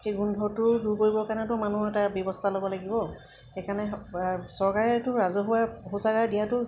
সেই গোন্ধটো দূৰ কৰিবৰ কাৰণেতো মানুহৰ তাৰ ব্যৱস্থা ল'ব লাগিব সেইকাৰণে চৰকাৰেটো ৰাজহুৱা শৌচাগাৰ দিয়াতো